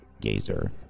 Gazer